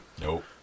Nope